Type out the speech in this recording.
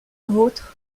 vôtre